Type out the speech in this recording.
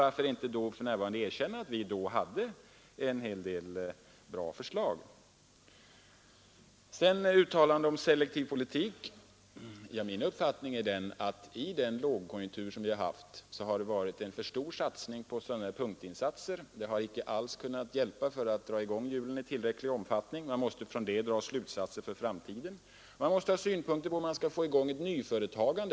Varför då inte för närvarande erkänna att vi vid den tidpunkten hade en hel del bra förslag? Vad beträffar uttalandet om selektiv politik är min uppfattning att det i den lågkonjunktur som vi haft har gjorts en alltför stor satsning på punktinsatser. De har icke alls kunnat hjälpa för att dra i gång hjulen i tillräcklig omfattning. Man måste av detta dra slutsatser för framtiden, och man måste ha synpunkter på hur man skall få i gång ett nyföretagande.